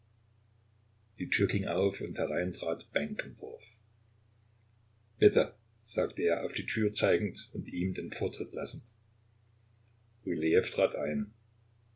die tür ging auf und herein trat benkendorf bitte sagte er auf die tür zeigend und ihm den vortritt lassend rylejew trat ein